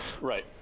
Right